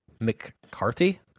McCarthy